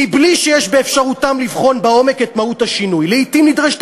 מבלי שיש באפשרותם לבחון לעומק את מהות השינוי"; "לעתים נדרשת